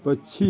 पक्षी